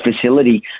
facility